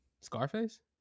Scarface